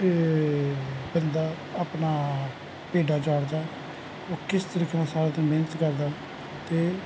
ਬੰਦਾ ਆਪਣਾ ਭੇਡਾਂ ਚਾਰਦਾ ਉਹ ਕਿਸ ਤਰੀਕੇ ਨਾਲ ਸਾਰਾ ਦਿਨ ਮਿਹਨਤ ਕਰਦਾ ਅਤੇ